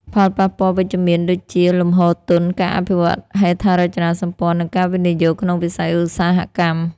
ផលប៉ះពាល់វិជ្ជមានដូចជា លំហូរទុន ការអភិវឌ្ឍន៍ហេដ្ឋារចនាសម្ព័ន្ធ និងការវិនិយោគក្នុងវិស័យឧស្សាហកម្ម។